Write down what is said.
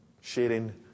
sharing